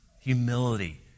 humility